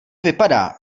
vypadá